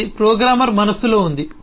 ఇది ప్రోగ్రామర్ మనస్సులో ఉంది